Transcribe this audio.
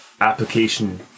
application